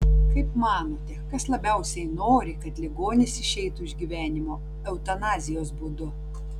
kaip manote kas labiausiai nori kad ligonis išeitų iš gyvenimo eutanazijos būdu